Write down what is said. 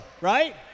right